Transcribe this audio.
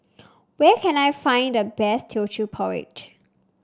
where can I find the best Teochew Porridge